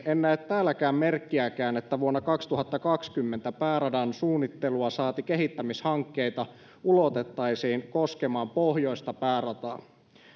en näe täälläkään merkkiäkään siitä että vuonna kaksituhattakaksikymmentä pääradan suunnittelua saati kehittämishankkeita ulotettaisiin koskemaan pohjoista päärataa